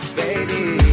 baby